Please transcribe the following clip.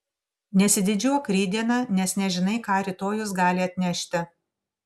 nesididžiuok rytdiena nes nežinai ką rytojus gali atnešti